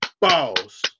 Balls